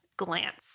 glance